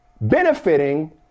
benefiting